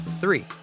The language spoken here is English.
three